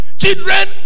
children